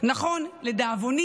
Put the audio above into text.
נכון, לדאבוני,